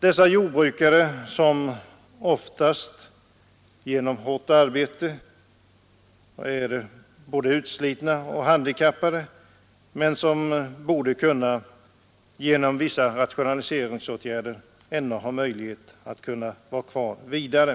Dessa jordbrukare är ofta äldre, utslitna av hårt arbete, och många av dem är handikappade, men de borde med hjälp av vissa rationaliseringsåtgärder kunna arbeta vidare.